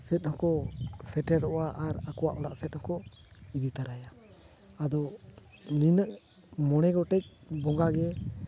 ᱥᱮᱫ ᱦᱚᱸᱠᱚ ᱥᱮᱴᱮᱨᱚᱜᱼᱟ ᱟᱨ ᱟᱠᱚᱣᱟᱜ ᱚᱲᱟᱜ ᱥᱮᱫ ᱦᱚᱸᱠᱚ ᱤᱫᱤ ᱛᱟᱨᱟᱭᱟ ᱟᱫ ᱱᱚᱱᱟᱹᱜ ᱢᱚᱬᱮ ᱜᱚᱴᱮᱡ ᱵᱚᱸᱜᱟ ᱜᱮ